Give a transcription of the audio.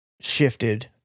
shifted